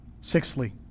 Sixthly